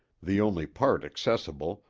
the only part accessible,